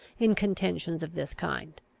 in contentions of this kind.